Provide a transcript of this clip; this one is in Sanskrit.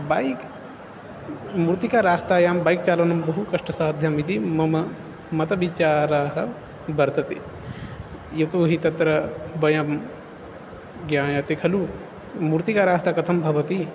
बैक् मृत्तिका रास्तायां बैक् चालनं बहु कष्टसाध्यमिति मम मतविचाराः वर्तन्ते यतो हि तत्र वयं ज्ञायते खलु मृत्तिका रास्ता कथं भवति